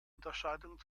unterscheidung